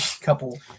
couple